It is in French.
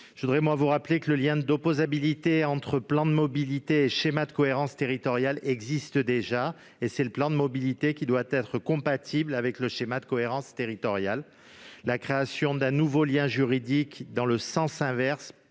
territoriale (SCoT). Je rappelle que le lien d'opposabilité entre plan de mobilité et schéma de cohérence territoriale existe déjà : c'est le plan de mobilité qui doit être compatible avec le schéma de cohérence territoriale. La création d'un nouveau lien juridique dans le sens inverse